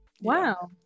wow